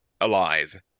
alive